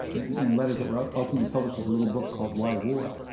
in in letters that were ultimately published as a little book called why war?